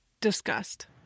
discussed